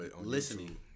listening